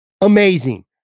Amazing